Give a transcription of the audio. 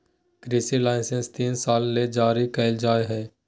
कृषि लाइसेंस तीन साल ले जारी कइल जा हइ